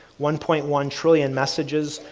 one point one trillion messages,